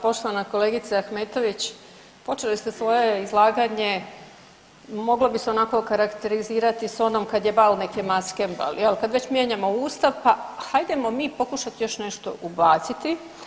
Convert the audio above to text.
Poštovana kolegice Ahmetović, počeli ste svoje izlaganje moglo bi se onako okarakterizirati s onom kad je bal nek je maskembal, jel kad već mijenjamo Ustav pa hajdemo mi pokušati još nešto ubaciti.